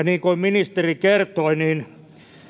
niin kuin ministeri kertoi